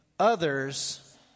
others